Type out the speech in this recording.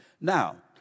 Now